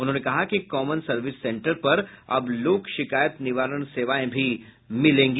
उन्होंने कहा कि कॉमन सर्विस सेंटर पर अब लोक शिकायत निवारण सेवायें भी मिलेगी